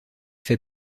fait